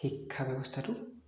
শিক্ষা ব্যৱস্থাটো